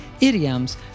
idioms